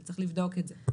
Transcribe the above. אבל צריך לבדוק את זה,